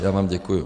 Já vám děkuji.